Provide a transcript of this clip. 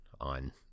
on